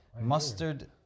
Mustard